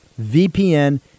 VPN